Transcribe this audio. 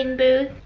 and the